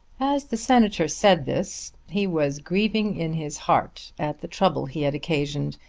as the senator said this he was grieving in his heart at the trouble he had occasioned,